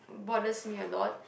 bothers me a lot